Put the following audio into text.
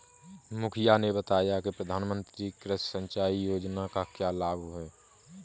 मुखिया ने बताया कि प्रधानमंत्री कृषि सिंचाई योजना का क्या लाभ है?